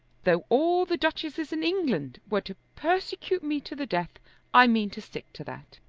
though all the duchesses in england were to persecute me to the death i mean to stick to that.